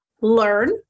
learn